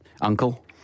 uncle